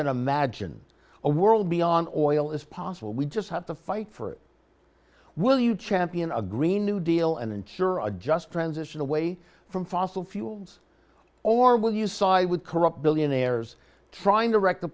in imagine a world beyond oil is possible we just have to fight for it will you champion a green new deal and ensure a just transition away from fossil fuels or will you side with corrupt billionaires trying to wreck the